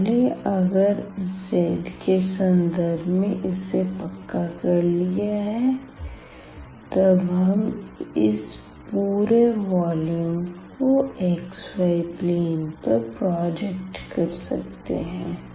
मान ले अगर हमने z के संदर्भ में इसे पक्का कर लिया है तब हम इस पूरे वॉल्यूम को xy प्लेन पर प्रोजेक्ट कर सकते हैं